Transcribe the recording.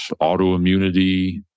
autoimmunity